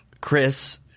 Chris